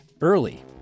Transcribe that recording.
early